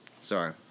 Sorry